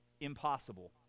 impossible